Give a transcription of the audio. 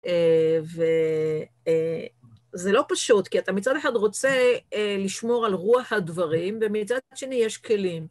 וזה לא פשוט, כי אתה מצד אחד רוצה לשמור על רוח הדברים ומצד השני יש כלים.